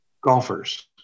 golfers